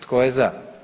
Tko je za?